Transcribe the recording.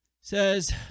says